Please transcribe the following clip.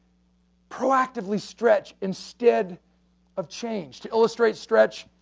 proactively stretch instead of change. to illustrate stretch,